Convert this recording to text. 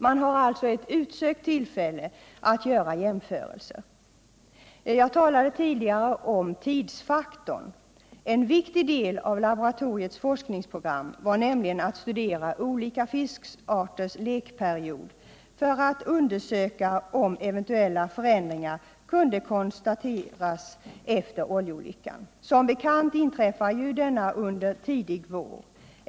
Man har alltså ett utsökt tillfälle att göra jämförelser. Jag talade tidigare om tidsfaktorn. En viktig del av laboratoriets forskningsprogram var nämligen att studera olika fiskarters lekperiod för att undersöka om eventuella förändringar kunde konstateras efter oljeolyckan. Som bekant inträffade denna under tidig vår.